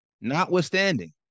Notwithstanding